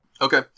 Okay